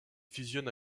fusionne